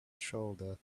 shoulder